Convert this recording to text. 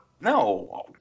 No